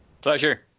Pleasure